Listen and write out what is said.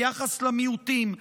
היחס למיעוטים,